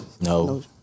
No